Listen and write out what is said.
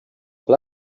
pla